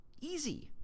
easy